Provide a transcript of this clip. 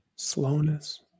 slowness